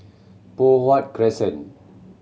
Poh Huat Crescent